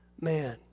man